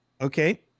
Okay